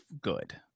good